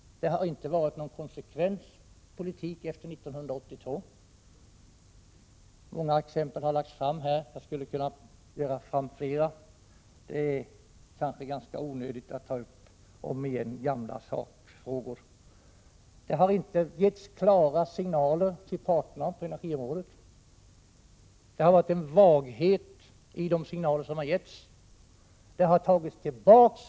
Det har inte varit någon konsekvent politik efter 1982. Många exempel har givits redan och jag skulle kunna ta fram fler, men det är onödigt att ta tid med gamla sakfrågor. Det har inte givits klara signaler till parterna på energiområdet. Signalerna — Prot. 1987/88:42 har varit vaga och somliga har tagits tillbaka.